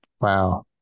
wow